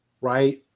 right